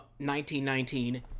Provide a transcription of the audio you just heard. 1919